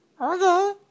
Okay